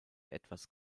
etwas